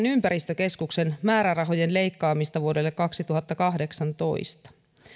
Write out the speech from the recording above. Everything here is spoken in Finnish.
ympäristökeskuksen määrärahojen leikkaamista vuodelle kaksituhattakahdeksantoista